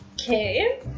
okay